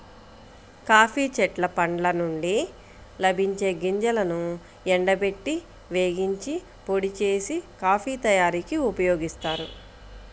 coffee చెట్ల పండ్ల నుండి లభించే గింజలను ఎండబెట్టి, వేగించి, పొడి చేసి, కాఫీ తయారీకి ఉపయోగిస్తారు